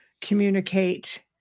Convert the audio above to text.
communicate